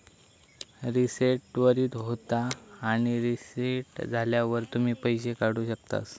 reset त्वरीत होता आणि रीसेट झाल्यावर तुम्ही पैशे काढु शकतास